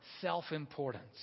self-importance